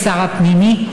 לשר הפנים,